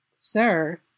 sir